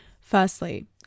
Firstly